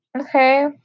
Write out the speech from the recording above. Okay